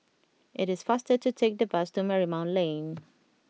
it is faster to take the bus to Marymount Lane